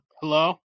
Hello